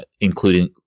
including